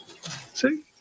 See